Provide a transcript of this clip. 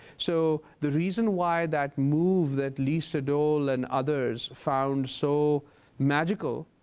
so the reason why that move that lisa dole and others found so magical,